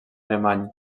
alemany